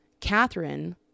Catherine